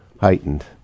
heightened